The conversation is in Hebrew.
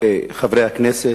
חברי הכנסת,